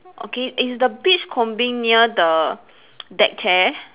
okay is the beach combing near the that chair